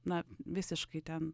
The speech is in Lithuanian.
na visiškai ten